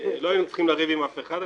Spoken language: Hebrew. לא היינו צריכים לריב עם אף אחד.